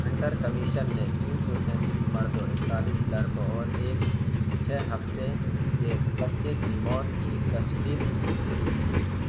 Hunter commission نے تین سو سینتیس مرد اکتالیس لڑکوں اور ایک چھ ہفتے کے بچے کی موت کی تصدیق کی